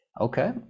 Okay